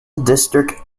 district